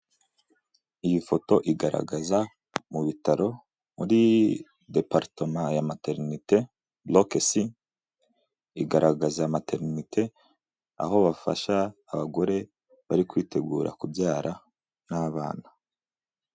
Iyi foto igaragaza mu bitaro muri deparitoma ya materinite boroke si, igaragaza materinite aho bafasha abagore bari kwitegura kubyara n'abana.